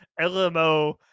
LMO